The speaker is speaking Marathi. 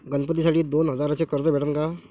गणपतीसाठी दोन हजाराचे कर्ज भेटन का?